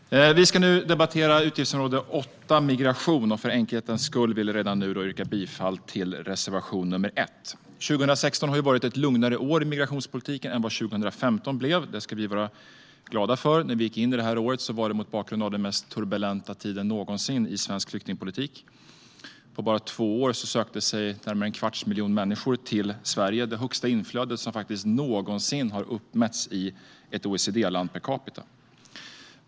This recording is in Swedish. Herr talman! Vi ska nu debattera utgiftsområde 8 Migration, och för enkelhetens skull vill jag redan nu yrka bifall till reservation 1. År 2016 har varit lugnare i migrationspolitiken än vad 2015 blev. Det ska vi vara glada för. När vi gick in i det här året var det mot bakgrund av den mest turbulenta tiden någonsin i svensk flyktingpolitik. På bara två år sökte sig närmare en kvarts miljon människor till Sverige - det högsta inflödet per capita som någonsin har uppmätts i ett OECD-land.